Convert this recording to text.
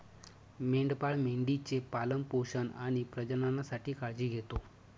मेंढपाळ मेंढी चे पालन पोषण आणि प्रजननासाठी काळजी घेतो